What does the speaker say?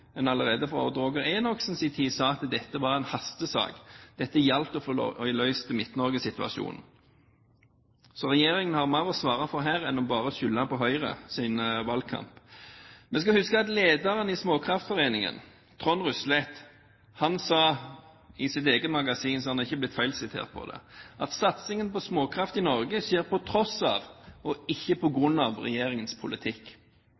allerede på Odd Roger Enoksens tid sa at det var en hastesak – det gjaldt å få løst Midt-Norge-situasjonen. Så regjeringen har mer å svare for her, den kan ikke bare skylde på Høyres valgkamp. Vi skal huske at lederen i Småkraftforeninga, Trond Ryslett, sa – i sitt eget magasin, så han er ikke blitt feilsitert på det – at satsingen på småkraft i Norge skjer på tross av, og ikke på grunn av, regjeringens politikk.